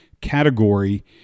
category